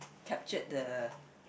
capture the